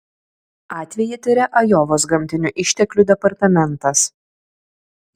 atvejį tiria ajovos gamtinių išteklių departamentas